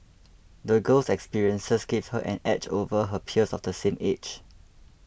the girl's experiences gave her an edge over her peers of the same age